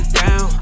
down